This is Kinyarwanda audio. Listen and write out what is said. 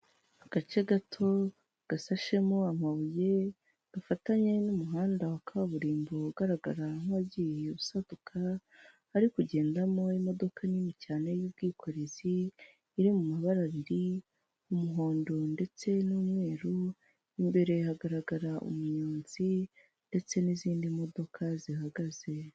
Agace gato gasashemo amabuye gafatanye n'umuhanda wa kaburimbo ugaragara nk'uwagiye usaduka hari kugendamo imodoka nini cyane y'ubwikorezi, iri mu mabara abiri umuhondo ndetse n'umweru, imbere hagaragara umunyonzi ndetse n'izindi modoka zihagaze.